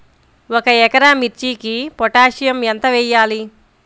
ఒక ఎకరా మిర్చీకి పొటాషియం ఎంత వెయ్యాలి?